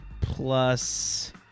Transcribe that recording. plus